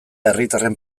herritarren